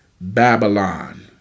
Babylon